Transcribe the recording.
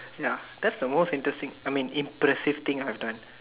ya that's the most interesting thing I mean impressive thing I've done